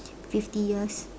fifty years